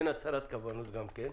אין הצהרת כוונות גם כן.